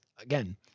again